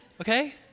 okay